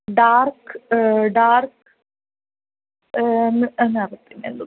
dark dark